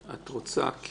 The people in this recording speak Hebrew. את רוצה?